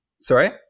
Sorry